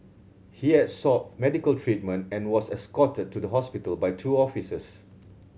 he had sought medical treatment and was escorted to the hospital by two officers